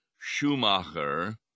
Schumacher